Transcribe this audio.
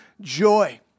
joy